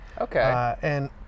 okay